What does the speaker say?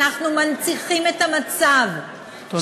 אנחנו מנציחים את המצב, תודה.